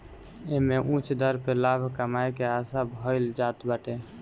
एमे उच्च दर पे लाभ कमाए के आशा कईल जात बाटे